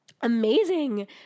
amazing